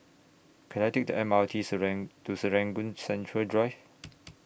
Can I Take The M R T to Serangoon Central Drive